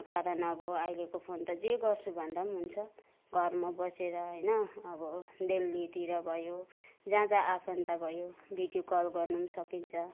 कारण अब अहिलेको फोन त जे गर्छु भन्दा पनि हुन्छ घरमा बसेर होइन अब दिल्ली तिर भयो जहाँ जहाँ आफन्ता भयो भिडियो कल गर्नु पनि सकिन्छ